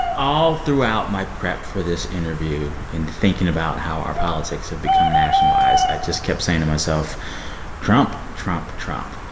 all throughout my prep for this interview and thinking about how our politics have become nationalized, i just kept saying to myself trump, trump, trump.